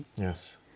Yes